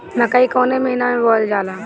मकई कौन महीना मे बोअल जाला?